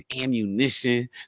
ammunition